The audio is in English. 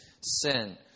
sin